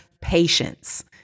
patience